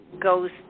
goes